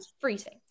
freezing